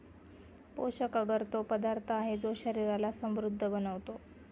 पोषक अगर तो पदार्थ आहे, जो शरीराला समृद्ध बनवतो